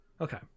Okay